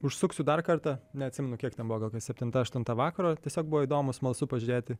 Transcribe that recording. užsuksiu dar kartą neatsimenu kiek ten buvo gal kokia septinta aštunta vakaro tiesiog buvo įdomu smalsu pažiūrėti